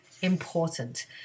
important